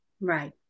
right